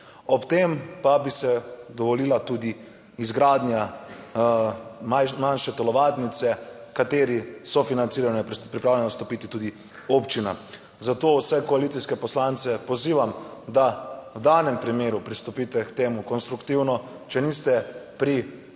ob tem pa bi se dovolila tudi izgradnja manjše telovadnice, kateri sofinanciranje je pripravljena stopiti tudi občina. Zato vse koalicijske poslance pozivam, da v danem primeru pristopite k temu konstruktivno, če niste pri,